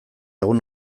egun